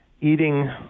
eating